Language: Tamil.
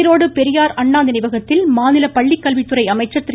ஈரோடு பெரியார் அண்ணா நினைவகத்தில் மாநில பள்ளிக்கல்வித்துறை அமைச்சர் திரு